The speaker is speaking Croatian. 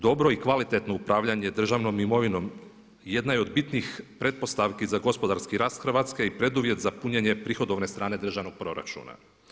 Dobro i kvalitetno upravljanje državnom imovinom jedna je od bitnih pretpostavki za gospodarski rast Hrvatske i preduvjet za punjenje prihodovne strane državnog proračuna.